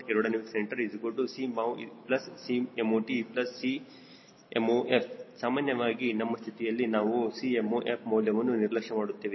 063 ಆಗಿರುತ್ತದೆ ಅಂದರೆ Cmoac Cmow Cmot Cmof ಸಾಮಾನ್ಯವಾಗಿ ನಮ್ಮ ಸ್ಥಿತಿಯಲ್ಲಿ ನಾವು 𝐶mof ಮೌಲ್ಯವನ್ನು ನಿರ್ಲಕ್ಷ ಮಾಡುತ್ತೇವೆ